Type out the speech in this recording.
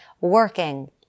working